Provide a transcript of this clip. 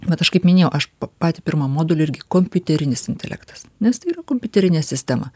vat aš kaip minėjau aš pa patį pirmą modulį irgi kompiuterinis intelektas nes tai yra kompiuterinė sistema